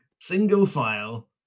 single-file